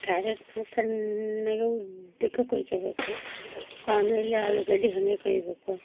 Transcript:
carrot ಸಣ್ಣಗೆ ಉದ್ದಕ್ಕೆ ಕೊಯ್ಕೊಳ್ಬೇಕು ಆಮೇಲೆ ಆಲೂಗಡ್ಡೆ ಹಾಗೆ ಕೊಯ್ಯಬೇಕು